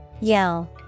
Yell